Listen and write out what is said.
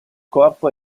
corpo